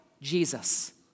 Jesus